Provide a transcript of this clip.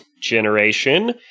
generation